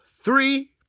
three